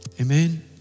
Amen